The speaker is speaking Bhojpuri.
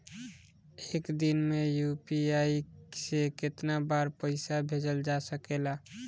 एक दिन में यू.पी.आई से केतना बार पइसा भेजल जा सकेला?